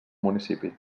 municipi